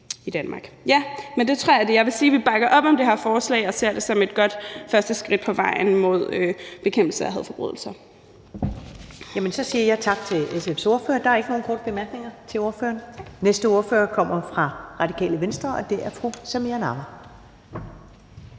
i Danmark. Det tror jeg er det, jeg vil sige. Vi bakker op om det her forslag og ser det som et godt første skridt på vejen mod bekæmpelse af hadforbrydelser. Kl. 20:41 Første næstformand (Karen Ellemann): Jamen så siger jeg tak til SF's ordfører. Der er ikke nogen korte bemærkninger til ordføreren. Næste ordfører kommer fra Radikale Venstre, og det er fru Samira Nawa.